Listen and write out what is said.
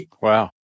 Wow